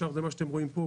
השאר זה מה שאתם רואים פה,